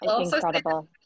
incredible